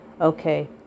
Okay